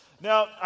Now